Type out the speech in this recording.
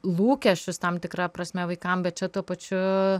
lūkesčius tam tikra prasme vaikam bet čia tuo pačiu